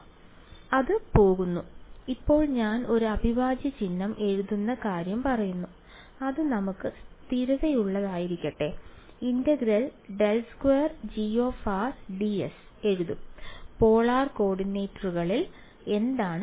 അതിനാൽ അത് പോകുന്നു ഇപ്പോൾ ഞാൻ ഒരു അവിഭാജ്യ ചിഹ്നം എഴുതുന്ന കാര്യം പറയുന്നു അത് നമുക്ക് സ്ഥിരതയുള്ളതായിരിക്കട്ടെ ∫∇2Gds എഴുതും പോളാർ കോർഡിനേറ്റുകളിൽ എന്താണ് ds